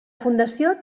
fundació